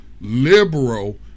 liberal